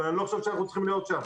אבל אני לא חושב שצריך להיות שם.